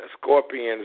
scorpions